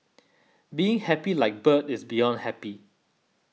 being happy like bird is beyond happy